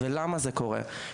למה זה קורה?